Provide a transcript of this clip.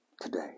today